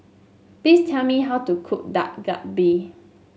please tell me how to cook Dak Galbi